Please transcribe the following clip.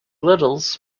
littles